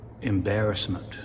embarrassment